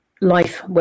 life